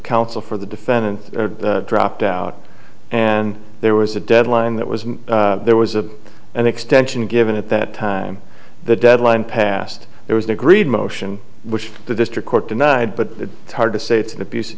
counsel for the defendant dropped out and there was a deadline that was there was a an extension given at that time the deadline passed there was an agreed motion which the district court denied but it's hard to say it's an abus